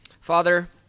Father